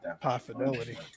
possibility